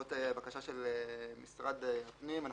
בעקבות בקשה של משרד הפנים,